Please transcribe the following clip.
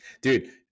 dude